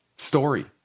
story